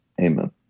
Amen